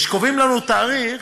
וכשקובעים לנו תאריך,